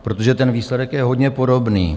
Protože ten výsledek je hodně podobný.